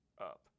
up